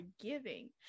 giving